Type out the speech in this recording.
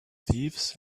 thieves